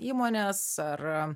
įmonės ar